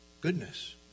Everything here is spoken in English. Goodness